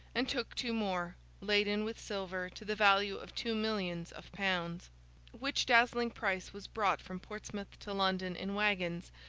and took two more, laden with silver to the value of two millions of pounds which dazzling prize was brought from portsmouth to london in waggons,